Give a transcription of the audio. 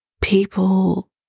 people